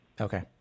Okay